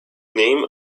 name